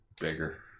bigger